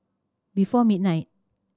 before midnight